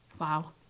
Wow